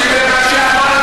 אלי, תקשיב למה שאמרתי.